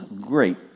great